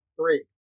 Three